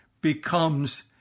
becomes